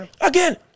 again